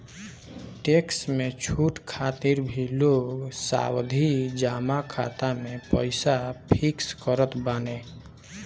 tax में छूट खातिर भी लोग सावधि जमा खाता में पईसा फिक्स करत बाने